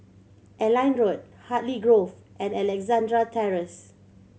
Airline Road Hartley Grove and Alexandra Terrace